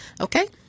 Okay